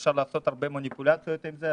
ואפשר לעשות הרבה מניפולציות עם זה,